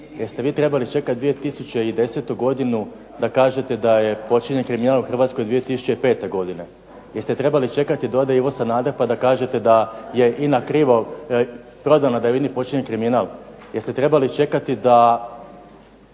Jeste vi trebali čekati 2010. godinu da kažete da je počinjen kriminal u Hrvatskoj 2005. godine. Jeste trebali čekati da ode Ivo Sanader pa da kažete da je INA krivo prodana da je u INA-i počinjen kriminal. Jeste trebali čekati da